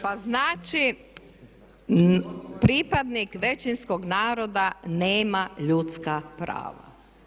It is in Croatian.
Pa znači pripadnik većinskog naroda nema ljudska prava.